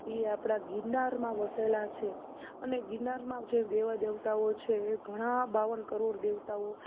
એ આપણા ગીરનારમાં વસેલાં છે અને ગીરનારમાં જે દેવ દેવતાઓ છે એ ઘણા બાવન કરોડ દેવતાઓ